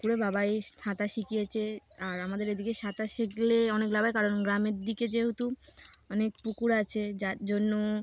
পুকুরের বাবাই সাঁততা শিখিয়েছে আর আমাদের এদিকে সাঁতার শিখলে অনেক লাভ হয় কারণ গ্রামের দিকে যেহেতু অনেক পুকুর আছে যার জন্য